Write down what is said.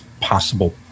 possible